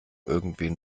irgendwen